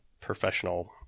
professional